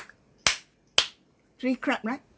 three clap right